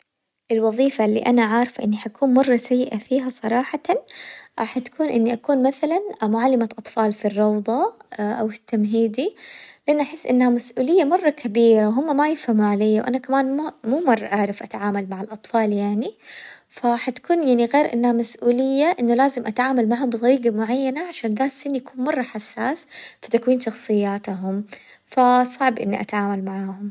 الوظيفة اللي أنا عارفة إني حكون مرة سيئة فيها صراحةً حتكون إني أكون مثلاً معلمة أطفال في الروظة أو التمهيدي، لأن أحس إنها مسئولية مرة كبيرة، هما ما يفهموا عليا وأنا كمان ما مو مرة أعرف أتعامل مع الأطفال يعني، فحنكون يعني غير إنها مسئولية إنه لازم أتعامل معاهم بطريقة معينة عشان ذا السن يكون مرة حساس في تكوين شخصياتهم، فصعب إنه أتعامل معاهم.